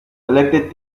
elected